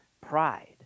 pride